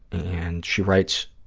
and she writes,